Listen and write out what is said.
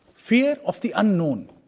fear of the unknown,